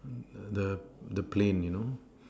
the the plane you know